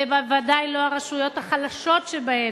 ובוודאי לא הרשויות החלשות שבהן,